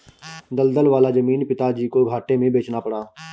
दलदल वाला जमीन पिताजी को घाटे में बेचना पड़ा